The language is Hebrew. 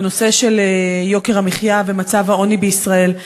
בנושא יוקר המחיה ומצב העוני בישראל.